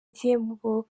igihembo